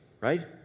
Right